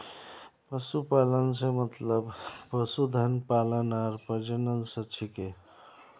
पशुपालन स मतलब पशुधन पालन आर प्रजनन स छिके